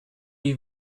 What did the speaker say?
you